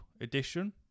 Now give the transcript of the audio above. edition